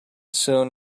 soon